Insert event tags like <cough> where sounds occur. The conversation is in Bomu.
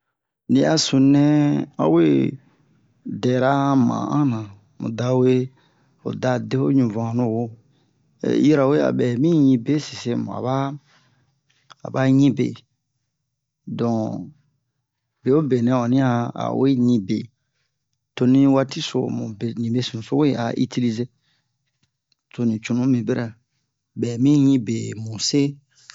Ni a sununɛ a we dɛra han ma'an na mu da we o da de'o ɲuvano <hesitation> yirawe a bɛ mi ɲi be sese mu aba aba ɲi be don bewobe nɛ onni a awe ɲi be toni waati so mu be nibe sunuso we a itilize toni cunu mi bɛrɛ bɛ mi ɲi be mu se